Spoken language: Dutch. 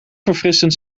verfrissend